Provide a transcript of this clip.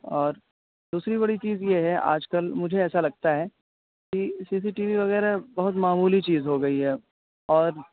اور دوسری بڑی چیز یہ ہے آج کل مجھے ایسا لگتا ہے کہ سی سی ٹی وی وغیرہ بہت معمولی چیز ہو گئی ہے اب اور